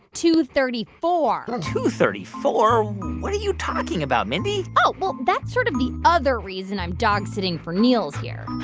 two thirty four point two thirty four what are you talking about mindy? oh, well that's sort of the other reason i'm dogsitting for niels here.